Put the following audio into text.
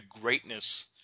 greatness